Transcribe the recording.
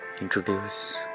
introduce